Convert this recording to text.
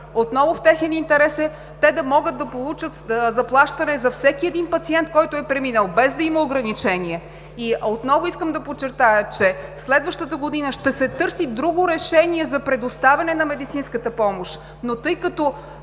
Отново в техен интерес е да могат да получат заплащане за всеки един пациент, който е преминал, без да има ограничения. И отново искам да подчертая, че следващата година ще се търси друго решение за предоставяне на медицинската помощ, но тъй като